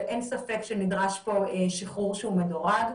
שאין ספק שנדרש פה שחרור שהוא מדורג.